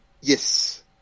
Yes